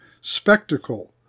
spectacle